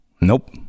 nope